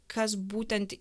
kas būtent